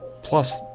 Plus